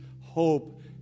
hope